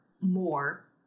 more